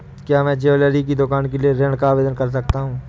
क्या मैं ज्वैलरी की दुकान के लिए ऋण का आवेदन कर सकता हूँ?